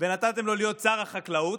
ונתתם לו להיות שר החקלאות,